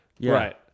Right